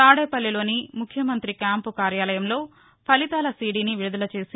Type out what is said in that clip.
తాడేపల్లి లోని ముఖ్య మంతి క్యాంపు కార్యాలయంలో ఫలితాల సిడిని విడుదల చేసి